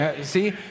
See